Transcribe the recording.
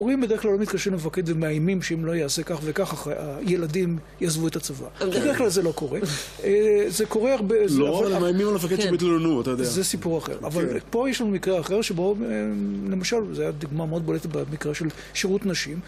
הורים בדרך כלל לא מתקשרים למפקד, ומאיימים שאם לא יעשה כך וכך, הילדים יעזבו את הצבא. בדרך כלל זה לא קורה. זה קורה הרבה... לא, הם מאיימים על המפקד שהם יתלוננו, אתה יודע. זה סיפור אחר. כן. אבל פה יש לנו מקרה אחר שבו, למשל, זה היה דוגמה מאוד בולטת במקרה של שירות נשים.